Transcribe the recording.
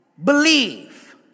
Believe